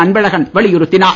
அன்பழகன் வலியுறுத்தினார்